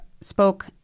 spoke